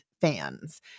fans